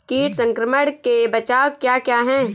कीट संक्रमण के बचाव क्या क्या हैं?